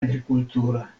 agrikultura